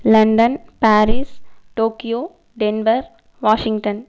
London Paris Tokyo denver Washington